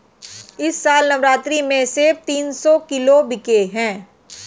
इस साल नवरात्रि में सेब तीन सौ किलो बिके हैं